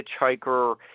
hitchhiker